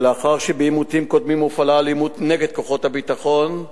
ולאחר שבעימותים קודמים הופעלה אלימות נגד כוחות הביטחון,